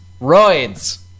Roids